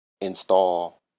install